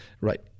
Right